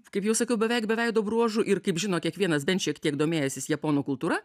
kaip jau sakiau beveik be veido bruožų ir kaip žino kiekvienas bet šiek tiek domėjęsis japonų kultūra